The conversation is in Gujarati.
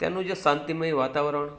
તેનું જે શાંતિમય વાતાવરણ